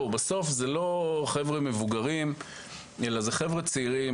בסוף זה לא חבר'ה מבוגרים אלא אלו חבר'ה צעירים